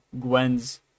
gwen's